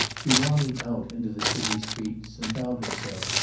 he wandered out into the city streets, and found himself,